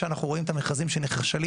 שאנחנו רואים את המכרזים שנכשלים,